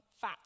fat